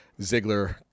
Ziggler